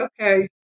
okay